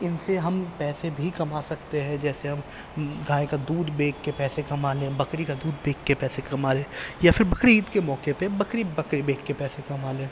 ان سے ہم پیسے بھی کما سکتے ہیں جیسے ہم گائے کا دودھ بیچ کے پیسے کما لیں بکری کا دودھ بیچ کے پیسے کما لیں یا پھر بقرعید کے موقعے پہ بکری بکرے بیچ کے پیسے کما لیں